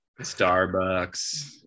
Starbucks